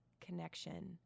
connection